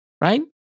right